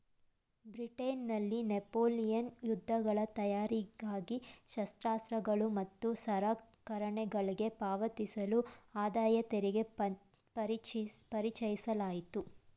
ಬ್ರಿಟನ್ನಲ್ಲಿ ನೆಪೋಲಿಯನ್ ಯುದ್ಧಗಳ ತಯಾರಿಗಾಗಿ ಶಸ್ತ್ರಾಸ್ತ್ರಗಳು ಮತ್ತು ಸಲಕರಣೆಗಳ್ಗೆ ಪಾವತಿಸಲು ಆದಾಯತೆರಿಗೆ ಪರಿಚಯಿಸಲಾಯಿತು